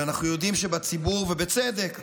ואנחנו יודעים שבציבור, ובצדק,